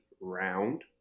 Round